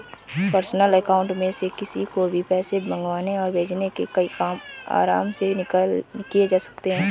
personal account में से किसी को भी पैसे मंगवाने और भेजने के कई काम आराम से किये जा सकते है